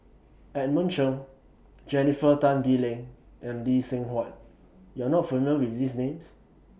Edmund Cheng Jennifer Tan Bee Leng and Lee Seng Huat YOU Are not familiar with These Names